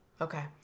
Okay